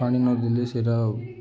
ପାଣି ନଦୀଲି ସେର